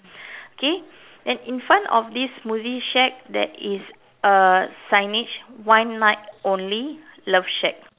okay then in front of this smoothie shack there is a signage one night only love shack